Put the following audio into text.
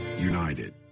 united